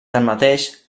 tanmateix